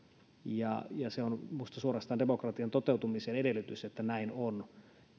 ja se on minusta suorastaan demokratian toteutumisen edellytys että näin on ja